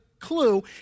clue